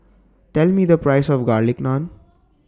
Tell Me The Price of Garlic Naan